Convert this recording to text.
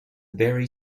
very